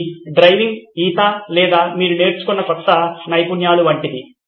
ఇది డ్రైవింగ్ ఈత లేదా మీరు నేర్చుకున్న కొత్త నైపుణ్యాలు వంటిది